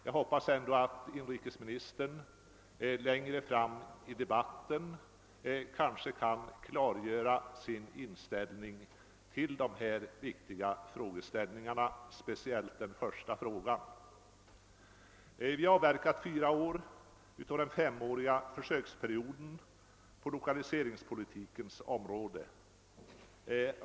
Jag hoppas ändå att inrikesministern längre fram i debatten kanske kan klargöra sin inställning till dessa viktiga frågor, speciellt den första frågan. Vi har avverkat fyra år av den femåriga försöksperioden på lokaliseringspolitikens område.